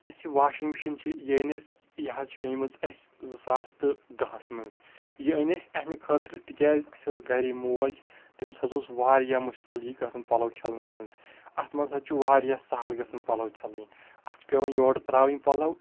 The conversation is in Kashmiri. یُس یہِ واشنٛگ مشیٖن چھِ یہِ أنۍ اسہِ یہِ حظ چھِ أنہِ مٕژ اسہِ زٕ ساس تہٕ دہس منٛز یہِ أنۍ اسہِ امہِ خٲطرٕ تِکیٛازِ اسہِ ٲسۍ گرِ یہِ موج تٔمِس حظ اوس واریاہ مُشکِل یہِ گژھان پلو چھلنس منٛز اتھ منٛز حظ چھُ واریاہ سہل گژھان پلو چھلٕنۍ اتھ چھِ پٮ۪وان ہورٕ ترٛاوٕنۍ پلو